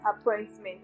appointment